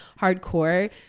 hardcore